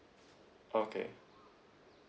okay